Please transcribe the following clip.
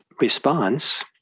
response